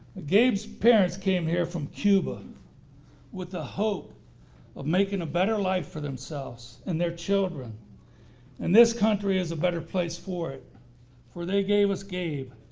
so parents came here from cuba with the hope of making a better life for themselves and their children and this country is a better place for it for they gave us gabe.